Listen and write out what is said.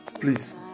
please